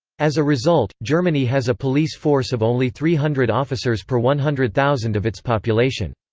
as a result, germany has a police force of only three hundred officers per one hundred thousand of its population.